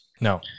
No